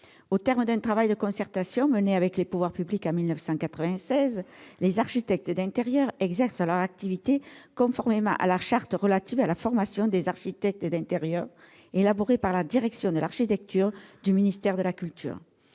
Aux termes d'un travail de concertation mené avec les pouvoirs publics en 1996, les architectes d'intérieur exercent leur activité conformément à la « charte relative à la formation des architectes d'intérieur » élaborée par la direction de l'architecture du ministère de la culture.